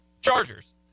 Chargers